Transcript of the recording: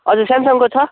हजुर सामसङको छ